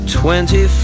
twenty